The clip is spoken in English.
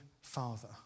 Father